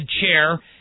chair